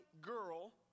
girl